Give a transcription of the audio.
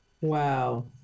Wow